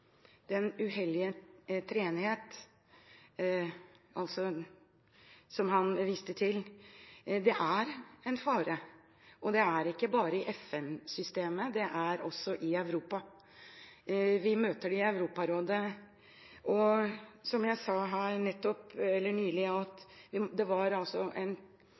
Det er en fare, og det er ikke bare i FN-systemet, det er også i Europa. Vi møter det i Europarådet. Som jeg nylig sa, ble det i Europarådet avgjort med to stemmers overvekt at vi